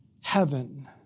heaven